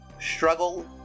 struggle